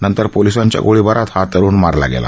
नंतर पोलिसांच्या गोळीबारात हा तरुण मारला गेला